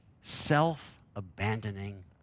self-abandoning